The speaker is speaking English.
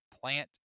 plant